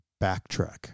backtrack